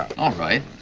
alright.